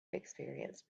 experienced